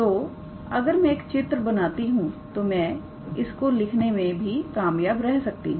तो अगर मैं एक चित्र बनाती हूं तो मैं इसको लिखने में भी कामयाब रह सकती हूं